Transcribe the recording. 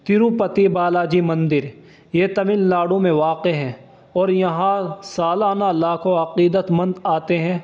تروپتی بالاجی مندر یہ تامل ناڈو میں واقع ہے اور یہاں سالانہ لاکھوں عقیدت مند آتے ہیں